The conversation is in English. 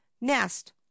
Nest